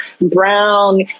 brown